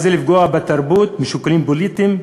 מה זה לפגוע בתרבות משיקולים פוליטיים,